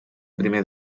primer